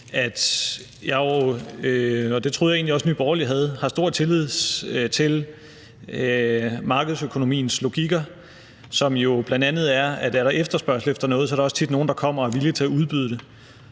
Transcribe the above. at jeg jo, og det troede jeg egentlig også at Nye Borgerlige havde, har stor tillid til markedsøkonomiens logikker, som jo bl.a. er, at der, hvis der er efterspørgsel efter noget, også tit er nogle, der kommer og er villige til at udbyde det.